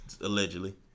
Allegedly